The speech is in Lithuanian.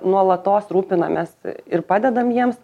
nuolatos rūpinamės ir padedam jiems